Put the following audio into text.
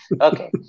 Okay